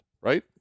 right